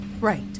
Right